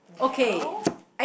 well